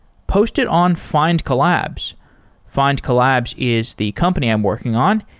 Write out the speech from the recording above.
post it on find collabs. find collabs is the company i'm working on.